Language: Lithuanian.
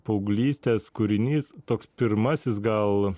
paauglystės kūrinys toks pirmasis gal